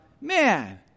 man